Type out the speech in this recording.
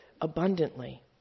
abundantly